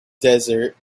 desert